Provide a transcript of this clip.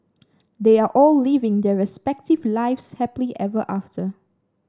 they are all living their respective lives happily ever after